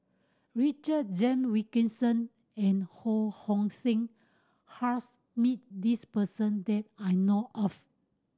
Richard Jame Wilkinson and Ho Hong Sing has met this person that I know of